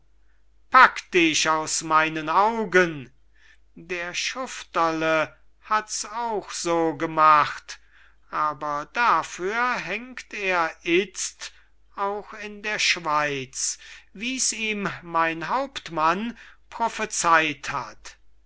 pack dich aus meinen augen der schufterle hat's auch so gemacht aber dafür hängt er itzt auch in der schweiz wie's ihm mein hauptmann prophezeyt hat